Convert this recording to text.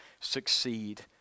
succeed